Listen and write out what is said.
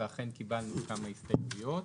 ואכן קיבלנו כמה הסתייגויות.